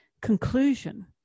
conclusion